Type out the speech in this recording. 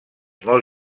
molt